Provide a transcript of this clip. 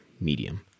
medium